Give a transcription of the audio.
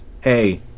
hey